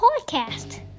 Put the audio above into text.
podcast